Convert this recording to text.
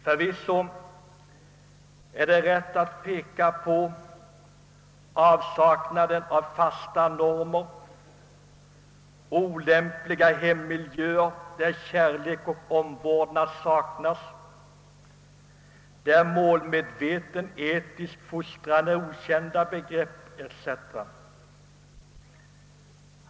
Förvisso är det rätt att peka på avsaknaden av fasta normer, olämpliga hemmiljöer där kärlek och omvårdnad saknas, där målmedveten etisk fostran är okända begrepp etc.